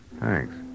Thanks